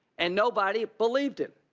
and nobody believed him.